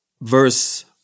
verse